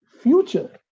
future